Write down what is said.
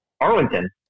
Arlington